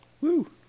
Woo